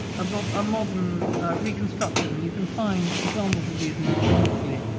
ah but a modern reconstruction. you can find examples of these now, wonderfully,